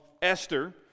Esther